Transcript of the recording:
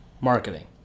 marketing